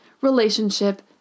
relationship